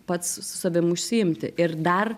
pats su savim užsiimti ir dar